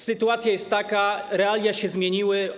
Sytuacja jest taka, realia się zmieniły.